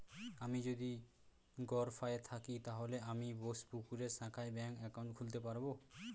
আমি যদি গরফায়ে থাকি তাহলে কি আমি বোসপুকুরের শাখায় ব্যঙ্ক একাউন্ট খুলতে পারবো?